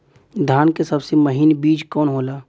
धान के सबसे महीन बिज कवन होला?